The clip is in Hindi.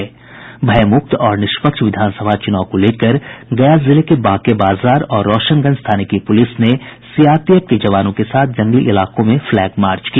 भयमुक्त और निष्पक्ष विधानसभा चुनाव को लेकर गया जिले के बांके बाजार और रौशनगंज थाने की पुलिस ने सीआरपीएफ के जवानों के साथ जंगली इलाकों में फ्लैग मार्च किया